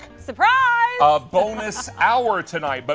surprise! a bonus hour, tonight. but